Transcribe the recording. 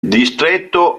distretto